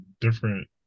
different